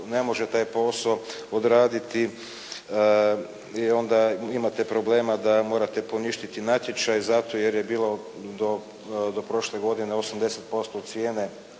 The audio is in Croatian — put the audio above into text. ne može taj posao odraditi i onda imate problema da morate poništiti natječaj zato jer je bilo do prošle godine 80% cijene,